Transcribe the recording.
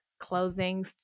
closing